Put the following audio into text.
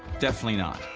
definitely not.